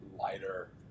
lighter